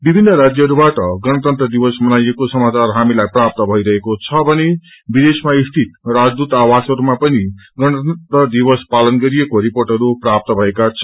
विभिन्न राज्यहरूबाट गणतन्त्र दिवस मनाइएको सामाचार हामीलाई प्राप्त भईरहेको छ भने विदेशमा स्थित राजदूतावासहस्वमा पनिगणतन्त्र दिवस पालन गरिएको रिर्पोअहरू प्राप्त भएका छन्